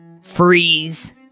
freeze